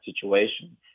situation